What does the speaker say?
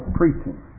preaching